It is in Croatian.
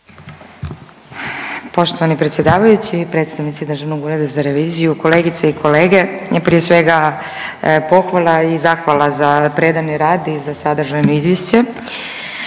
Poštovani predsjedavajući, predstavnici Državnog ureda za reviziju, kolegice i kolege. Prije svega, pohvala i zahvala za predani rad i za sadržajno izvješće.